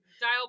dial